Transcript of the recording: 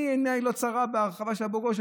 אני, עיני לא צרה בהרחבה של אבו גוש.